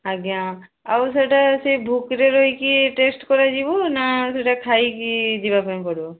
ଆଜ୍ଞା ଆଉ ସେଟା ସେଇ ଭୋକରେ ରହିକି ଟେଷ୍ଟ କରାଯିବ ନା ସେଟା ଖାଇକି ଯିବାପାଇଁ ପଡ଼ିବ